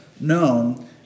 known